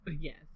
yes